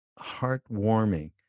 heartwarming